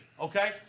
okay